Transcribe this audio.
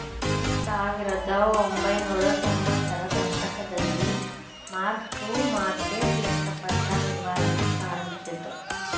ಸಾವಿರದಒಂಬೈನೂರ ತೊಂಬತ್ತರ ದಶಕದಲ್ಲಿ ಮಾರ್ಕ್ ಟು ಮಾರ್ಕೆಟ್ ಲೆಕ್ಕಪತ್ರ ನಿರ್ವಹಣೆ ಪ್ರಾರಂಭಿಸಿದ್ದ್ರು